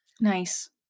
Nice